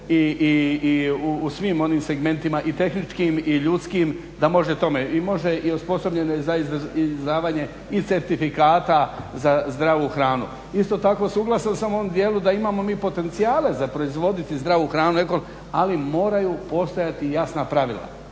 i u svim onim segmentima i tehničkim i ljudskim da može, i može i osposobljen je za izdavanje i certifikata za zdravu hranu. Isto tako suglasan sam u ovom dijelu da imamo mi potencijale za proizvoditi zdravu hranu, ali moraju postojati jasna pravila